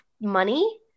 money